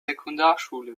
sekundarschule